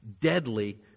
deadly